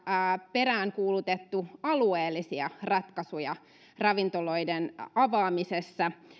peräänkuulutettu alueellisia ratkaisuja ravintoloiden avaamisessa